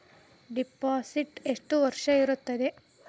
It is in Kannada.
ಡಿಪಾಸಿಟ್ ಎಷ್ಟು ವರ್ಷ ಇರುತ್ತದೆ?